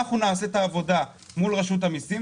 אנחנו נעשה את העבודה מול רשות המיסים,